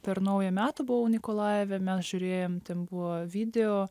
per naują metą buvau nikolajeve mes žiūrėjom ten buvo video